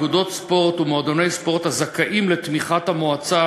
אגודות ספורט ומועדוני ספורט הזכאים לתמיכת המועצה